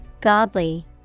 Godly